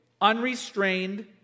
unrestrained